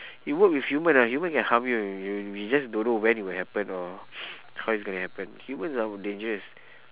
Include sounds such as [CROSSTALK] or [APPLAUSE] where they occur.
you work with human ah human can harm you you we just don't know when it will happen or [NOISE] how it's gonna happen humans are dangerous